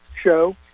show